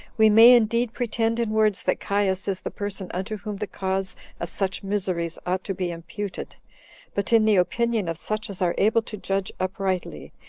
we may indeed pretend in words that caius is the person unto whom the cause of such miseries ought to be imputed but, in the opinion of such as are able to judge uprightly,